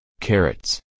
carrots